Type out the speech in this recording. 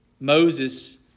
Moses